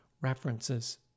references